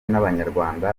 n’abanyarwanda